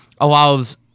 allows